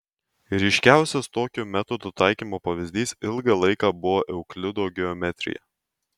ryškiausias tokio metodo taikymo pavyzdys ilgą laiką buvo euklido geometrija